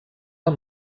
amb